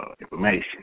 information